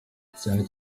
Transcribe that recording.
cyane